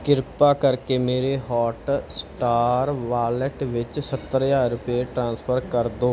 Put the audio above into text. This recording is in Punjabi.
ਕਿਰਪਾ ਕਰਕੇ ਮੇਰੇ ਹੌਟਸਟਾਰ ਵਾਲੇਟ ਵਿੱਚ ਸੱਤਰ ਹਜ਼ਾਰ ਰੁਪਏ ਟ੍ਰਾਂਸਫਰ ਕਰ ਦਿਓ